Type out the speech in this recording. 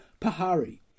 Pahari